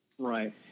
Right